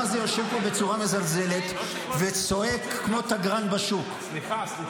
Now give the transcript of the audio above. אי-אפשר, אי-אפשר.